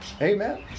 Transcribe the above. Amen